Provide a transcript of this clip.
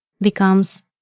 becomes